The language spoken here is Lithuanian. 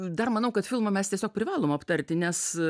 dar manau kad filmą mes tiesiog privalom aptarti nes